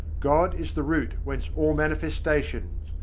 god is the root whence all manifestations,